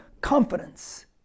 confidence